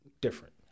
different